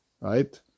right